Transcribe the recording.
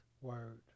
word